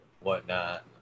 whatnot